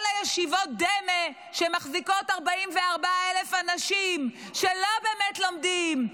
כל ישיבות הדמה שמחזיקות 44,000 אנשים שלא באמת לומדים,